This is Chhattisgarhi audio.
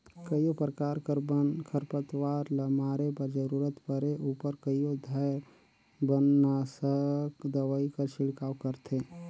कइयो परकार कर बन, खरपतवार ल मारे बर जरूरत परे उपर कइयो धाएर बननासक दवई कर छिड़काव करथे